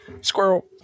Squirrel